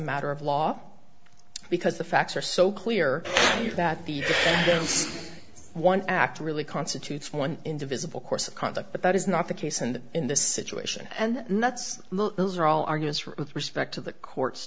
matter of law because the facts are so clear to you that the one act really constitutes one indivisible course of conduct but that is not the case and in this situation and nuts those are all argues for with respect to the court